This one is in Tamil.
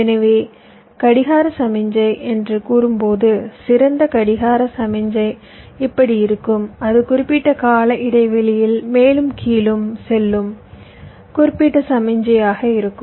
எனவே கடிகார சமிக்ஞை என்று கூறும்போது சிறந்த கடிகார சமிக்ஞை இப்படி இருக்கும் அது குறிப்பிட்ட கால இடைவெளியில் மேலும் கீழும் செல்லும் குறிப்பிட்ட சமிக்ஞையாக இருக்கும்